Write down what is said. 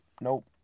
nope